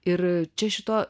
ir čia šito